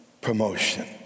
promotion